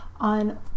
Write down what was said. on